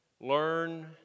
learn